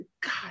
God